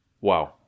wow